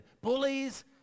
bullies